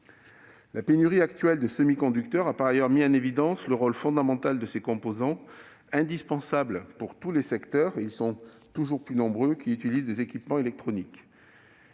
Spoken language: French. La pénurie actuelle de semi-conducteurs a par ailleurs mis en évidence le rôle fondamental de ces composants, indispensables pour tous les secteurs- ils sont toujours plus nombreux -qui utilisent des équipements électroniques.